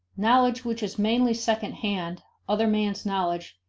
knowledge which is mainly second-hand, other men's knowledge,